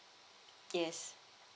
yes